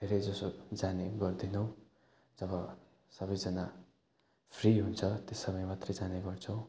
धेैरैजसो जाने गर्दैनौँ जब सबैजना फ्री हुन्छ त्यस समय मात्रै जाने गर्छौँ